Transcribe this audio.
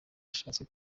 ashatse